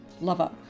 lover